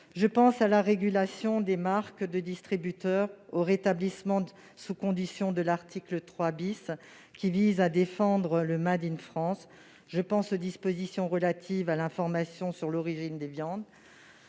Je pense à la régulation des marques de distributeur, au rétablissement sous condition de l'article 3 , visant à défendre le, aux dispositions relatives à l'information sur l'origine des viandes.